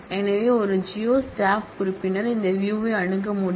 எனவே ஒரு ஜியோ ஸ்டாப் உறுப்பினர் இந்த வியூ வை அணுக முடியும்